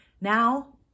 Now